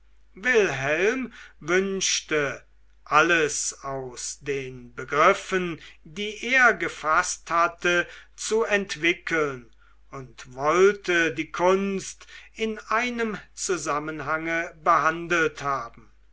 wilhelm wünschte alles aus den begriffen die er gefaßt hatte zu entwickeln und wollte die kunst in einem zusammenhange behandelt haben